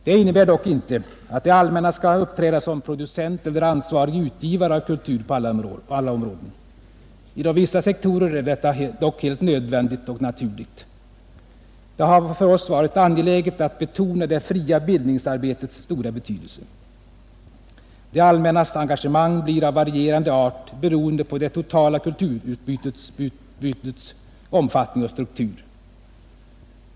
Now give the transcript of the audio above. Det innebär dock inte, att det allmänna skall uppträda som producent eller ansvarig utgivare av kultur på alla områden. Inom vissa sektorer är detta dock helt nödvändigt och naturligt. Det har för oss varit angeläget att betona det fria bildningsarbetets stora betydelse. Det allmännas engagemang måste bli av varierande art, beroende på det totala kulturutbudets omfattning och struktur.